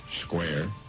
square